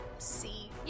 See